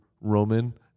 Roman